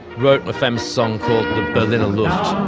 wrote a famous song called berliner luft.